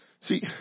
See